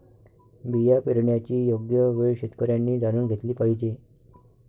बिया पेरण्याची योग्य वेळ शेतकऱ्यांनी जाणून घेतली पाहिजे